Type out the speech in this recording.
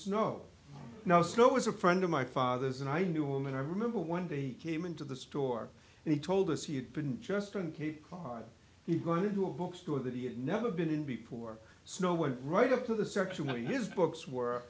snow now snow is a friend of my father's and i knew him and i remember one day he came into the store and he told us he had been just on cape cod he going to do a bookstore that he had never been in before snow went right up to the sexually his books were